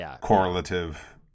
correlative